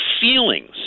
feelings